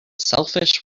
selfish